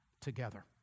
together